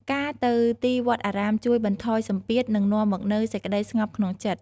ការទៅទីវត្តអារាមជួយបន្ថយសម្ពាធ និងនាំមកនូវសេចក្ដីស្ងប់ក្នុងចិត្ត។